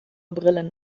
brillen